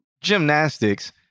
gymnastics